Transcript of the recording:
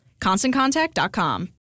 ConstantContact.com